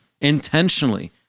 intentionally